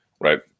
right